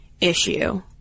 issue